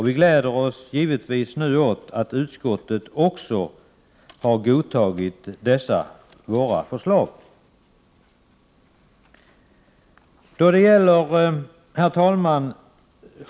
Vi gläder oss givetvis åt att utskottet nu också godtagit dessa våra förslag. Herr talman!